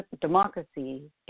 democracy